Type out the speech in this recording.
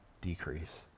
decrease